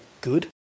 good